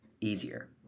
easier